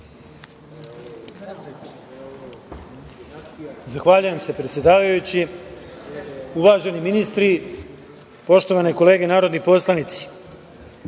Zahvaljujem se, predsedavajući. Uvaženi ministri, poštovane kolege narodni poslanici,